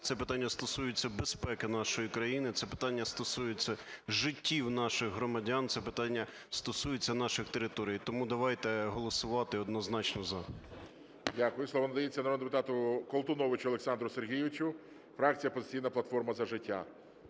Це питання стосується безпеки нашої країни, це питання стосується життів наших громадян, це питання стосується наших територій, тому давайте голосувати однозначно "за". ГОЛОВУЮЧИЙ. Дякую. Слово надається народному депутату Колтуновичу Олександру Сергійовичу, фракція "Опозиційна платформа – За життя